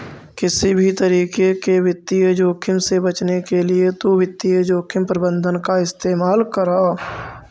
किसी भी तरीके के वित्तीय जोखिम से बचने के लिए तु वित्तीय जोखिम प्रबंधन का इस्तेमाल करअ